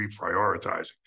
reprioritizing